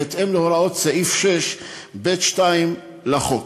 בהתאם להוראות סעיף 6(ב2) לחוק.